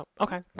okay